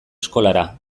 eskolara